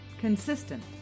consistent